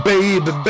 Baby